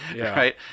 Right